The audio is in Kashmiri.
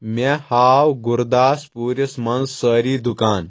مےٚ ہاو گُرداس پوٗرِس منٛز سٲری دُکان